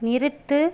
நிறுத்து